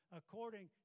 according